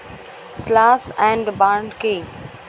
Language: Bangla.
স্লাস এন্ড বার্ন কি?